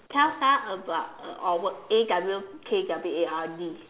tell us about a awkward A W K W A R D